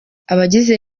abagize